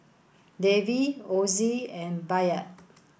Davey Ozzie and Bayard